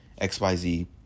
XYZ